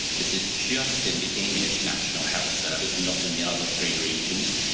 this is just in the english national health service, not in the other three regions,